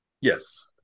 Yes